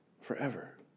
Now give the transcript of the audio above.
forever